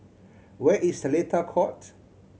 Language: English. where is Seletar Court